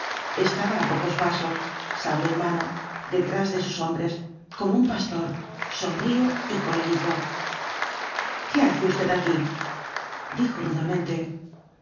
estaba á pocos pasos sable en maoo detrás de sus hombres como un pastor sombrío y colérico qué hace usted aquí dijo rudamente